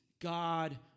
God